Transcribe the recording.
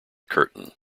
curtain